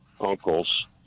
uncle's